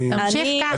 תמשיך ככה...